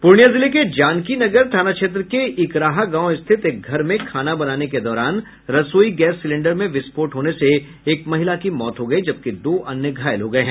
पूर्णिया जिले के जानकीनगर थाना क्षेत्र के इकराहा गांव स्थित एक घर में खाना बनाने के दौरान रसोई गैस सिलेंडर में विस्फोट होने से एक महिला की मौत हो गयी जबकि दो अन्य घायल हो गये हैं